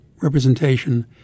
representation